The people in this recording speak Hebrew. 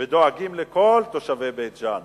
ודואגים לכל תושבי בית-ג'ן